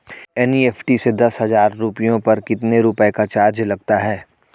NEFT से दस हजार रुपयों पर कितने रुपए का चार्ज लगता है?